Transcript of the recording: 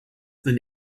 than